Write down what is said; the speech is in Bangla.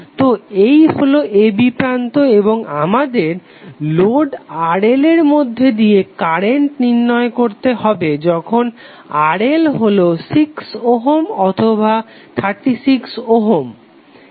তো এই হলো a b প্রান্ত এবং আমাদের লোড RL এর মধ্যে দিয়ে কারেন্ট নির্ণয় করতে হবে যখন RL হলো 6 ওহম অথবা 36 ওহম